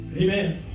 Amen